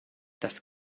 das